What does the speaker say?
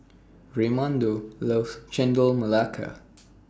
Raymundo loves Chendol Melaka